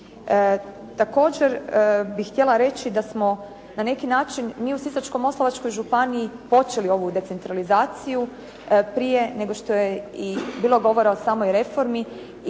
Također bi htjela reći da smo na neki način mi u Sisačko-moslavačkoj županiji počeli ovu decentralizaciju prije nego što je i bilo govora o samoj reformi